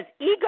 ego